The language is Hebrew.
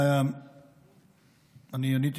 אני עניתי